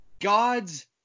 God's